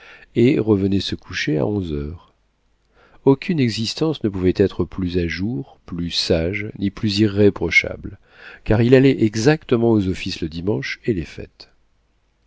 et revenait se coucher à onze heures aucune existence ne pouvait être plus à jour plus sage ni plus irréprochable car il allait exactement aux offices le dimanche et les fêtes